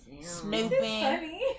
snooping